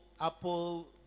apple